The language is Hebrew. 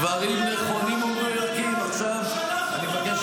את הדברים של לאודר --- שנתניהו שלח אותו --- בגולן?